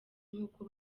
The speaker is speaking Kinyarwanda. nk’uko